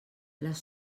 les